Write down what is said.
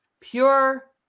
Pure